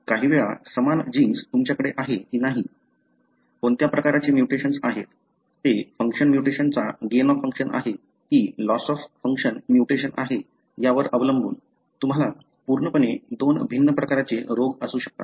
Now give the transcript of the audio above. काही वेळा समान जीन्स तुमच्याकडे आहे की नाही कोणत्या प्रकारचे म्युटेशन आहे ते फंक्शन म्युटेशनचा गेन ऑफ फंक्शन आहे की लॉस ऑफ फंक्शन म्युटेशन आहे यावर अवलंबून तुम्हाला पूर्णपणे दोन भिन्न प्रकारचे रोग असू शकतात